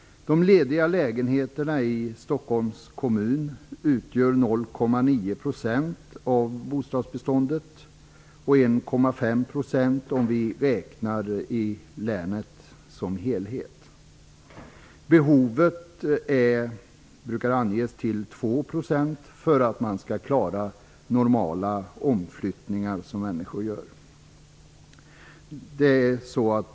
De lediga lägenheterna i Stockholms kommun utgör 0,9 % av bostadsbeståndet och 1,5 % i länet som helhet. Behovet brukar anges till 2 %, för att man skall klara normala omflyttningar som människor gör.